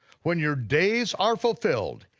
when your days are fulfilled,